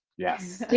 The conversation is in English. yes.